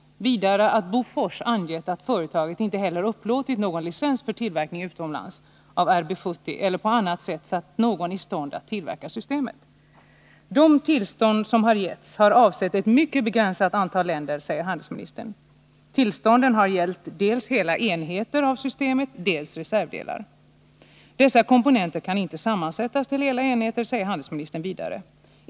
Vidare anför han att Bofors angett att företaget inte heller upplåtit någon licens för tillverkning utomlands av RBS 70 eller på annat sätt satt någon i stånd att tillverka systemet. De tillstånd som har getts har avsett ett mycket begränsat antal länder, säger handelsministern. Tillstånden har gällt dels hela enheter av systemet, dels reservdelar. Dessa komponenter kan inte sammansättas till hela enheter, uppger handelsministern vidare.